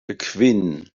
kvin